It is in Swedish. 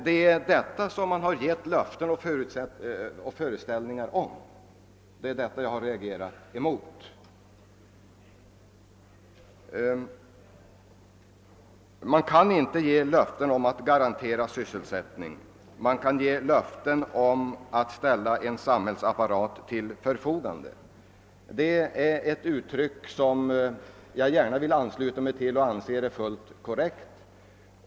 Det är löftena och föreställningarna i detta avseende söm jag och opinionen reagerat emot. Att man inte kan ge löften om att garantera sysselsättning men däremot om att ställa en samhällsapparat till förfogande är en fullt korrekt bedömning, som jag gärna vill ansluta mig till.